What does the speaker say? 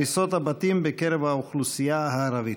הריסות הבתים בקרב האוכלוסייה הערבית.